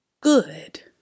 good